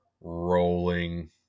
rolling